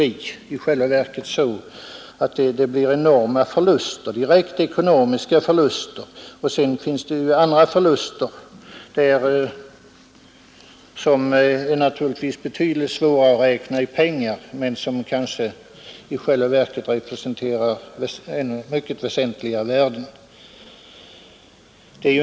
I själva verket kommer det att leda till enorma, direkt ekonomiska förluster. Dessutom blir det andra förluster, som är betydligt svårare att räkna i pengar men som kanske representerar mycket väsentliga värden.